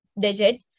digit